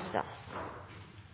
er